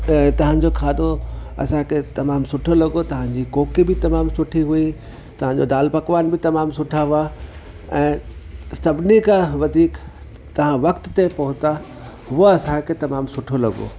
तहांजो खाधो असांखे तमाम सुठो लॻो तांजी कोकी बि तमामु सुठी हुई तव्हांजो दालि पकवान बि तमामु सुठा हुआ ऐं सभिनी खां वधीक तव्हां वक़्त ते पहुता उहो असांखे तमामु सुठो लॻो